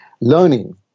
learning